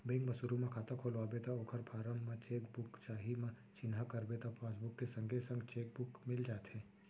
bank म सुरू म खाता खोलवाबे त ओकर फारम म चेक बुक चाही म चिन्हा करबे त पासबुक के संगे संग चेक बुक मिल जाथे